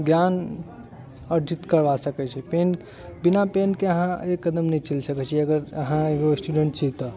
ज्ञान अर्जित करबा सकै छै पेन बिना पेनके अहाँ एक कदम नहि चलि सकै छी अगर अहाँ एगो स्टूडेन्ट छी तऽ